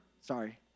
sorry